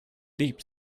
deep